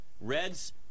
Reds